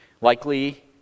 Likely